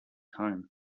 home